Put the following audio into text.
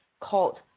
called